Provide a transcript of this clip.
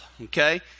okay